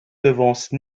devance